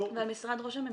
ועל משרד ראש הממשלה.